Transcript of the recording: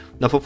na